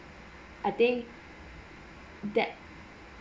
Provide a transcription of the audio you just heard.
I think that